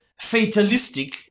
fatalistic